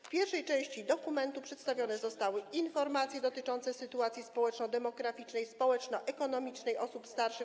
W pierwszej części dokumentu przedstawione zostały informacje dotyczące sytuacji społeczno-demograficznej i społeczno-ekonomicznej osób starszych.